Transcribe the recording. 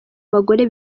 bagore